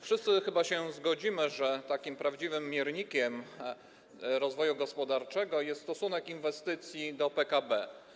Wszyscy chyba się zgodzimy, że takim prawdziwym miernikiem rozwoju gospodarczego jest stosunek inwestycji do PKB.